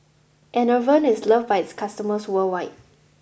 Enervon is loved by its customers worldwide